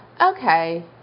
Okay